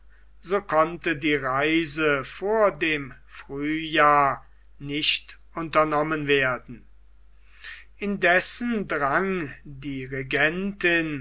so konnte die reise vor dem frühjahr nicht unternommen werden indessen drang die regentin